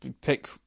pick